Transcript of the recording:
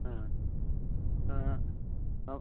हा आं